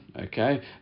okay